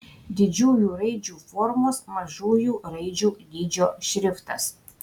didžiųjų raidžių formos mažųjų raidžių dydžio šriftas